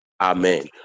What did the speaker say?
Amen